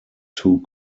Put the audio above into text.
two